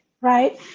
Right